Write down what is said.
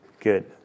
Good